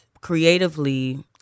creatively